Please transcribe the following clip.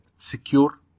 secure